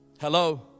hello